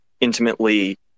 intimately